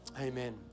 Amen